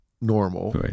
normal